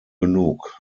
genug